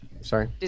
Sorry